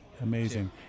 amazing